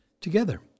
Together